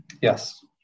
Yes